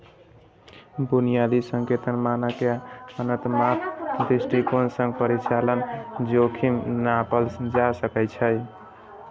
बुनियादी संकेतक, मानक आ उन्नत माप दृष्टिकोण सं परिचालन जोखिम नापल जा सकैए